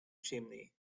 chimney